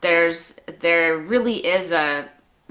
there really is ah